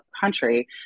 country